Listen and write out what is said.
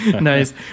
Nice